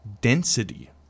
density